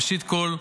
ראשית כול,